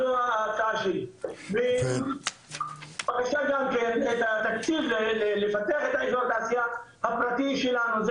זו ההצעה שלי ובבקשה גם כן את התקציב לפתח את האזור תעשייה הפרטי שלנו,